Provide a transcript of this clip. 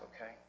okay